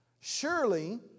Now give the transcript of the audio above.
Surely